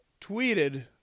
tweeted